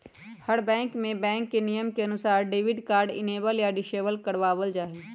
हर bank में bank के नियम के अनुसार डेबिट कार्ड इनेबल या डिसेबल करवा वल जाहई